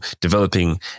developing